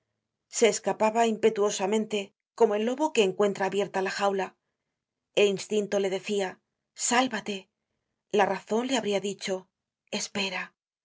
se escapaba impetuosamente como el lobo que encuentra abierta la jaula el instinto le decia sálvate la razon le habria dicho espera